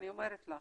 אני אומרת לך.